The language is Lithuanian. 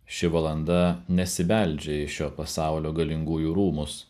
ši valanda nesibeldžia į šio pasaulio galingųjų rūmus